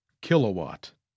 Kilowatt